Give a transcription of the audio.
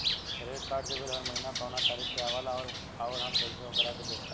Credit card के bill हर महीना कौना तारीक के आवेला और आउर हम कइसे ओकरा के देख पाएम?